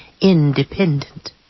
independent